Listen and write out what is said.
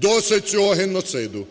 Досить цього геноциду,